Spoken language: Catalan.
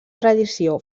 tradició